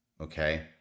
okay